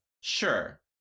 Sure